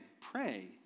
pray